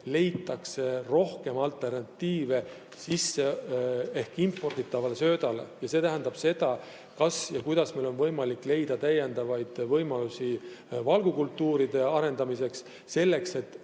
leitakse rohkem alternatiive imporditavale söödale. See tähendab seda, kas meil on võimalik leida täiendavaid võimalusi valgukultuuride arendamiseks, et